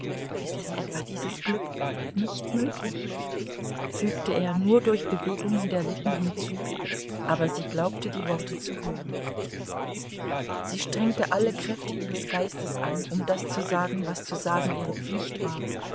ist denn etwa dieses glück nicht möglich fügte er nur durch bewegungen der lippen hinzu aber sie glaubte die worte zu hören sie strengte alle kräfte ihres geistes an um das zu sagen was zu sagen ihre pflicht war